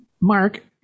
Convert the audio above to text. Mark